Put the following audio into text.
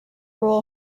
rule